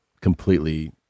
completely